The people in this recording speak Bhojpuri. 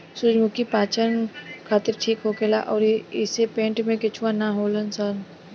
सूरजमुखी पाचन खातिर ठीक होखेला अउरी एइसे पेट में केचुआ ना होलन सन